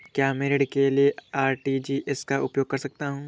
क्या मैं ऋण भुगतान के लिए आर.टी.जी.एस का उपयोग कर सकता हूँ?